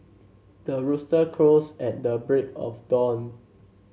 the rooster crows at the break of dawn